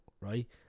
right